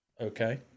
Okay